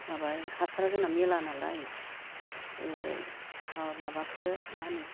माबा हासार जोंना मेरला नालाय ओ हा माबाखो मा होनो